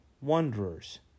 wanderers